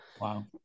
Wow